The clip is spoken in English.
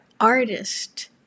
artist